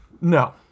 No